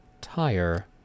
tire